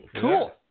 Cool